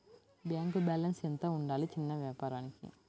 Bank balance ఎంత ఉండాలి చిన్న వ్యాపారానికి?